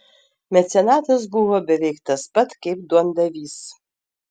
mecenatas buvo beveik tas pat kaip duondavys